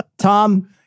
Tom